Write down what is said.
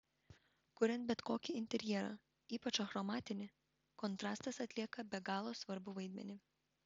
kuriant bet kokį interjerą ypač achromatinį kontrastas atlieka be galo svarbų vaidmenį